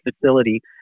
facility